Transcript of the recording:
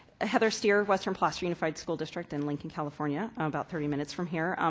ah heather steer, western placer unified school district in lincoln, california, about thirty minutes from here.